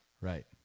Right